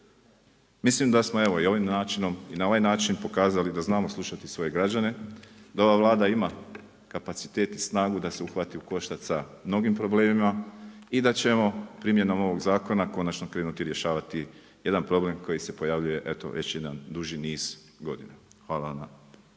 Mislim da smo evo i ovim načinom i na ovaj način pokazali da znamo slušati svoje građane, da ova Vlada ima kapacitet i snagu da se uhvati u koštac sa mnogim problemima i da ćemo primjenom ovog zakona konačno krenuti rješavati jedan problem koji se pojavljuje već jedan duži niz godina. Hvala.